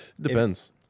Depends